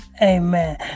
Amen